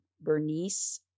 Bernice